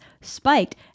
spiked